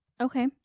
Okay